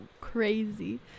crazy